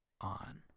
On